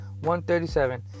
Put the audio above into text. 137